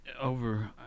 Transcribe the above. Over